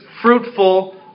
fruitful